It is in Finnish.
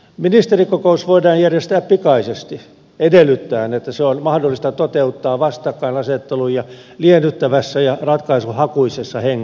ministerikokous voidaan järjestää pikaisesti edellyttäen että se on mahdollista toteuttaa vastakkainasetteluja liennyttävässä ja ratkaisunhakuisessa hengessä